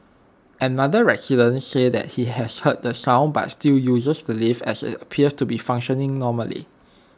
another resident said that he has heard the sound but still uses the lift as IT appears to be functioning normally